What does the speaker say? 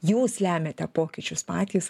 jūs lemiate pokyčius patys